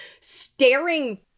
staring